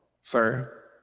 sir